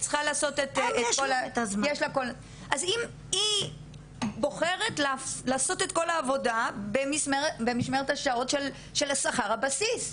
היא בוחרת לעשות את כל העבודה במשמרת השעות של שכר הבסיס.